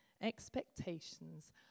expectations